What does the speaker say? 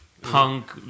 punk